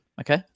Okay